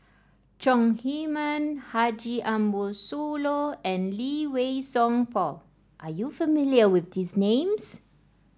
Chong Heman Haji Ambo Sooloh and Lee Wei Song Paul are you familiar with these names